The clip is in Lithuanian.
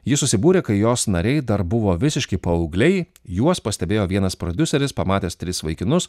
ji susibūrė kai jos nariai dar buvo visiškai paaugliai juos pastebėjo vienas prodiuseris pamatęs tris vaikinus